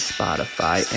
Spotify